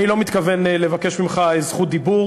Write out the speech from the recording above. אני לא מתכוון לבקש ממך זכות דיבור